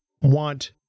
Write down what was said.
want